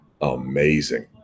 Amazing